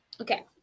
Okay